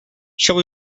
shall